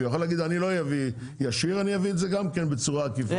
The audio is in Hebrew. כי הוא יכל להגיד אני לא אביא ישיר אני אביא את זה גם כן בצורה עקיפה.